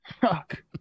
Fuck